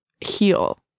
heal